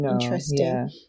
interesting